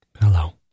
Hello